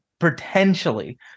potentially